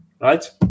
right